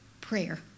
Prayer